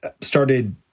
started